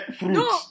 no